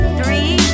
three